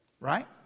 right